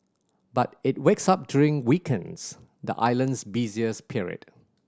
but it wakes up during weekends the island's busiest period